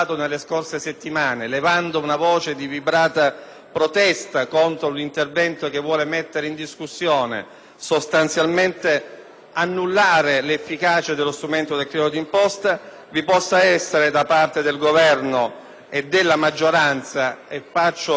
protesta contro l'intervento che vuol mettere in discussione e sostanzialmente annullare l'efficacia dello strumento del credito d'imposta, vi possa essere un'attenzione da parte del Governo e della maggioranza. Faccio ovviamente appello innanzitutto alla coerenza